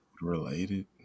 Related